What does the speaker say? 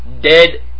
dead